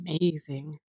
amazing